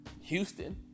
Houston